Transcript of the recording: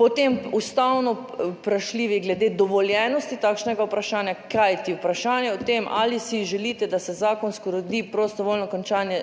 Potem ustavno vprašljivi glede dovoljenosti takšnega vprašanja, kajti vprašanje o tem, ali si želite, da se zakonsko uredi prostovoljno končanje